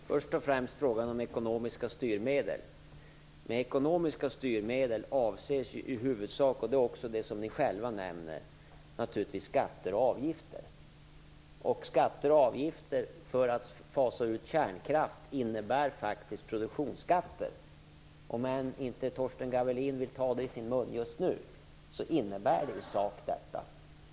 Herr talman! Först och främst frågan om ekonomiska styrmedel. Med ekonomiska styrmedel avses i huvudsak, vilket också är det som ni själva nämner, naturligtvis skatter och avgifter. Skatter och avgifter för att fasa ut kärnkraft innebär faktiskt produktionsskatter. Om än inte Torsten Gavelin vill ta det i sin mun just nu, så innebär det i sak detta.